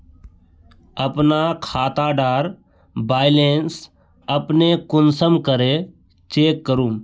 अपना खाता डार बैलेंस अपने कुंसम करे चेक करूम?